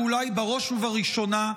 ואולי בראש ובראשונה,